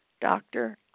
Doctor